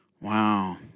Wow